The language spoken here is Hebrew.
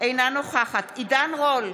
אינה נוכחת עידן רול,